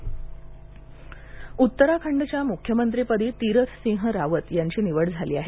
उत्तराखंड उत्तराखंडच्या मुख्यमंत्रीपदी तीरथ सिंह रावत यांची निवड झाली आहे